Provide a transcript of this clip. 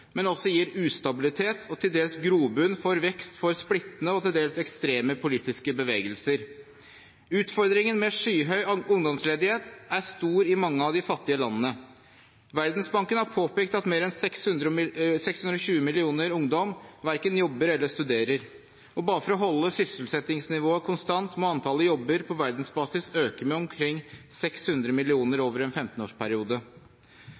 men også gir ustabilitet og til dels grobunn for vekst av splittende og til dels ekstreme politiske bevegelser. Utfordringen med skyhøy ungdomsledighet er stor i mange av de fattige landene. Verdensbanken har påpekt at mer enn 620 millioner ungdommer verken jobber eller studerer. Bare for å holde sysselsettingsnivået konstant må antallet jobber på verdensbasis øke med omkring 600 millioner